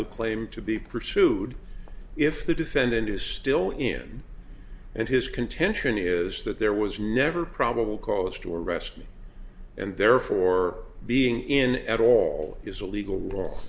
the claim to be pursued if the defendant is still in and his contention is that there was never probable cause to arrest me and therefore being in at all is a legal